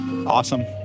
Awesome